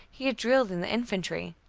he had drilled in the infantry.